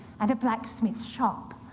and a blacksmith shop,